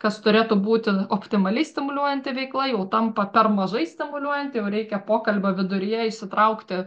kas turėtų būti optimaliai stimuliuojanti veikla jau tampa per mažai stimuliuojanti jau reikia pokalbio viduryje išsitraukti